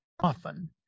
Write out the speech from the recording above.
often